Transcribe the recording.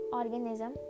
organism